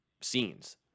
scenes